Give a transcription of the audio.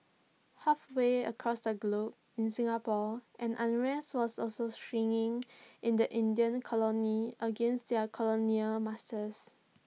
halfway across the globe in Singapore an unrest was also stirring in the Indian colony against their colonial masters